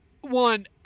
one